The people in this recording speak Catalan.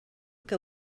que